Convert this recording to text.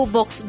Box